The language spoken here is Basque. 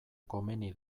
komeni